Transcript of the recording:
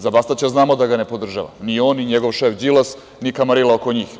Za Bastaća znamo da ga ne podržava, ni on, ni njegov šef Đilas, ni kamarila oko njih.